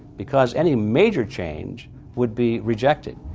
because any major change would be rejected.